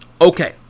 Okay